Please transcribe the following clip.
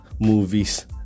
movies